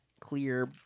clear